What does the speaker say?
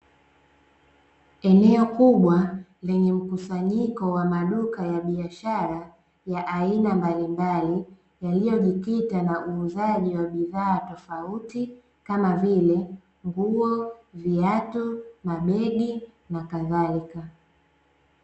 Eneo kubwa lenye mkusanyiko wa maduka ya biashara ya aina mbalimbali, yaliyojikita na uuzaji wa bidhaa tofauti, kama vile: nguo, viatu, mabegi, na kadhalika.